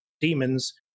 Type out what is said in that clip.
demons